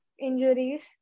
injuries